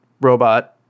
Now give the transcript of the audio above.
Robot